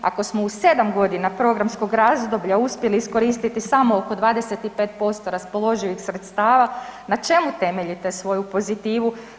Ako smo u 7 godina programskog razdoblja uspjeli iskoristiti samo oko 25% raspoloživih sredstava, na čemu temeljite svoju pozitivu?